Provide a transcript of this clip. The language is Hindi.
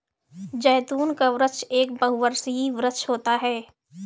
जैतून का वृक्ष एक बहुवर्षीय वृक्ष होता है